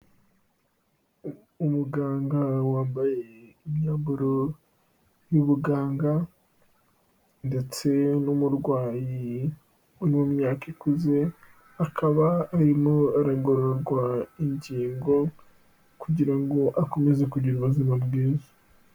Umuganga wambaye imyambaro y'ubuganga ndetse n'umurwayi uri mu myaka ikuze, akaba arimo aregororwa ingingo kugira ngo akomeze kugira ubuzima bwiza.